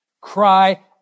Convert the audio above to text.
Cry